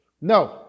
No